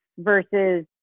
versus